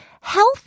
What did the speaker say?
health